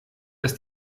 dass